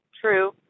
true